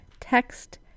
Text